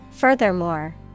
Furthermore